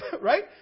Right